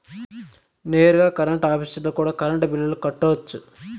నేరుగా కరెంట్ ఆఫీస్లో కూడా కరెంటు బిల్లులు కట్టొచ్చు